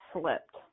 slipped